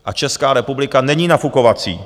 A Česká republika není nafukovací.